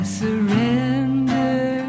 surrender